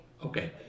Okay